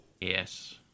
Yes